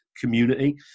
community